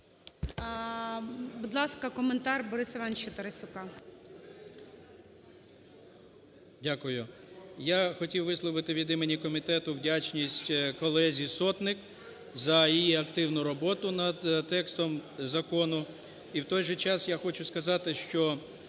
Будь ласка, коментар Бориса Івановича Тарасюка. 13:13:01 ТАРАСЮК Б.І. Дякую. Я хотів висловити від імені комітету вдячність колезі Сотник за її активну роботу над текстом закону. І в той же час я хочу сказати, що